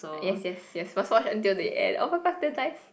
yes yes yes must watch until the end oh my god damn nice